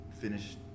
finish